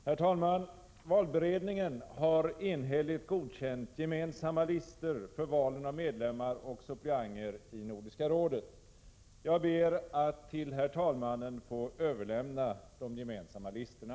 Herr talman! Valberedningen har enhälligt godkänt gemensamma listor för valen av medlemmar och suppleanter i Nordiska rådet. Jag ber att till herr talmannen få överlämna de gemensamma listorna.